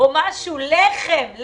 לחם.